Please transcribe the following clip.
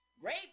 Great